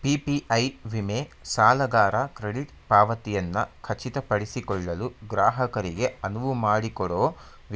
PPI ವಿಮೆ ಸಾಲಗಾರ credit ಪಾವತಿಯನ್ನ ಖಚಿತಪಡಿಸಿಕೊಳ್ಳಲು ಗ್ರಾಹಕರಿಗೆ ಅನುವುಮಾಡಿಕೊಡೊ